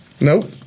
No